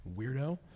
Weirdo